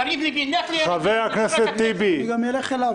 יריב לוין --- אני גם אלך אליו.